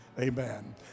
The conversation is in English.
Amen